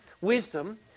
wisdom